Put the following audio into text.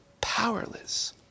powerless